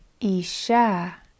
Isha